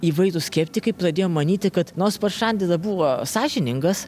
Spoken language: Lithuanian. įvairūs skeptikai pradėjo manyti kad nors paršandila buvo sąžiningas